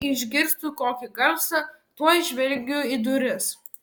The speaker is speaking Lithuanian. jei išgirstu kokį garsą tuoj žvelgiu į duris